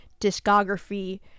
discography